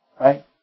Right